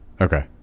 Okay